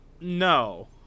no